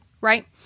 Right